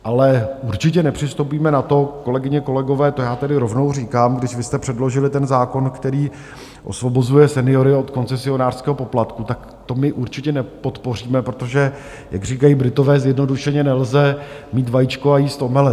Ale určitě nepřistoupíme na to, kolegyně, kolegové, to já tady rovnou říkám, když vy jste předložili tady ten zákon, který osvobozuje seniory od koncesionářského poplatku, tak to my určitě nepodpoříme, protože jak říkají Britové zjednodušeně, nelze mít vajíčko a jíst omeletu.